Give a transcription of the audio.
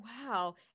wow